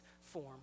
form